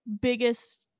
biggest